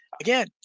again